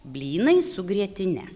blynai su grietine